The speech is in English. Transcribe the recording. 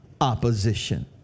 opposition